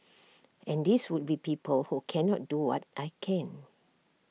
and these would be people who cannot do what I can